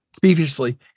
previously